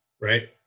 right